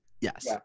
yes